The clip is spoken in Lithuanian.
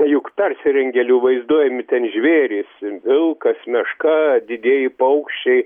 juk persirengėlių vaizduojami ten žvėrys vilkas meška didieji paukščiai